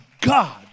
God